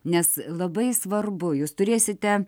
nes labai svarbu jūs turėsite